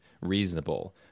reasonable